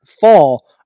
fall